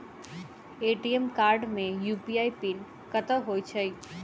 ATM card मे UPI PIN कतह होइ है?